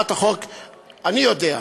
היושב-ראש, אני יודע,